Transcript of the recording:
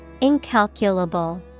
Incalculable